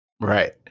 right